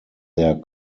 their